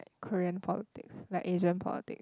Korean politics like Asian politics